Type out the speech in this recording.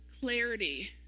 clarity